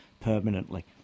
permanently